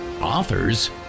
authors